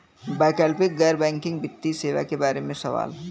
वैकल्पिक गैर बैकिंग वित्तीय सेवा के बार में सवाल?